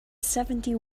seventy